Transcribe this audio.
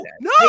no